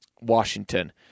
Washington